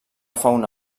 fauna